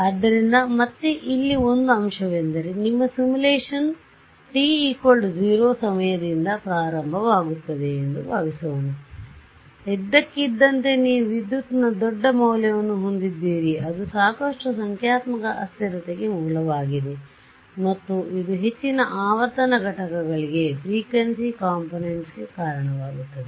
ಆದ್ದರಿಂದ ಮತ್ತೆ ಇಲ್ಲಿ ಒಂದು ಅಂಶವೆಂದರೆ ನಿಮ್ಮ ಸಿಮ್ಯುಲೇಶನ್ t 0 ಸಮಯದಿಂದ ಪ್ರಾರಂಭವಾಗುತ್ತದೆ ಎಂದು ಭಾವಿಸೋಣ ಇದ್ದಕ್ಕಿದ್ದಂತೆ ನೀವು ವಿದ್ಯುತ್ ನ ದೊಡ್ಡ ಮೌಲ್ಯವನ್ನು ಹೊಂದಿದ್ದೀರಿ ಅದು ಸಾಕಷ್ಟು ಸಂಖ್ಯಾತ್ಮಕ ಅಸ್ಥಿರತೆಗೆ ಮೂಲವಾಗಿದೆ numerical instability ಮತ್ತು ಇದು ಹೆಚ್ಚಿನ ಆವರ್ತನ ಘಟಕಗಳಿಗೆ ಕಾರಣವಾಗುತ್ತದೆ